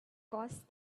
caused